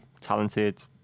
talented